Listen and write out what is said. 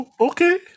Okay